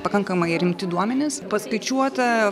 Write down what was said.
pakankamai rimti duomenys paskaičiuota